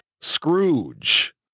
Scrooge